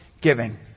giving